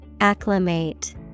Acclimate